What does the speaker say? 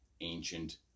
ancient